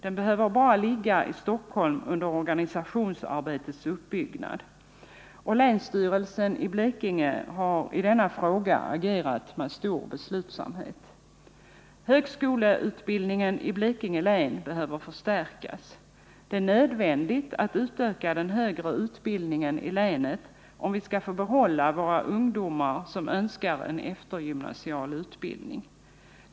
Den behöver endast ligga i Stockholm under organisationsarbetets uppbyggnad. Länsstyrelsen i Blekinge har i denna fråga agerat med stor beslutsamhet. Högskoleutbildningen i Blekinge län behöver förstärkas. Det är nödvändigt att utöka den högre utbildningen i länet om vi skall få behålla de av våra ungdomar som önskar en eftergymnasial utbildning.